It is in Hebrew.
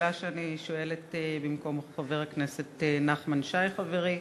שואלת במקום חבר הכנסת נחמן שי, חברי,